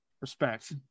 respect